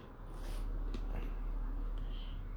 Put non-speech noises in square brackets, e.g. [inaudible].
[breath]